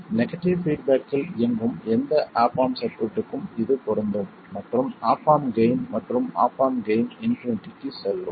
negative பீட்பேக்கில் இயங்கும் எந்த ஆப் ஆம்ப் சர்க்யூட்க்கும் இது பொருந்தும் மற்றும் ஆப் ஆம்ப் கெய்ன் மற்றும் ஆப் ஆம்ப் கெய்ன் இன்பினிட்டிக்கு செல்லும்